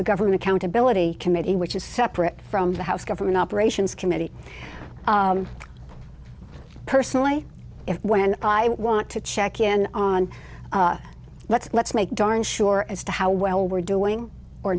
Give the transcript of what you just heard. the government accountability committee which is separate from the house government operations committee personally when i want to check in on let's let's make darn sure as to how well we're doing or